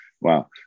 wow